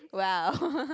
!wow!